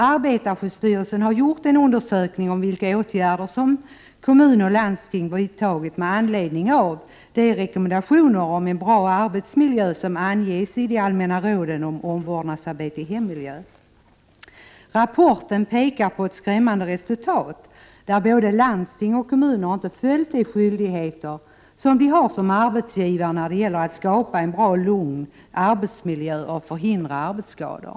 Arbetarskyddsstyrelsen har gjort en undersökning om vilka åtgärder som kommuner och landsting vidtagit med anledning av de rekommendationer om en bra arbetsmiljö som anges i de allmänna råden om ”Omvårdnadsarbete i hemmiljö”. Rapporten pekar på ett skrämmande resultat. Landsting och kommuner har inte uppfyllt de skyldigheter som de har som arbetsgivare när det gäller att skapa en bra och lugn arbetsmiljö och förhindra arbetsskador.